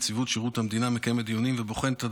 נציבות שירות המדינה מקיימת דיונים ובוחנת את